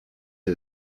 del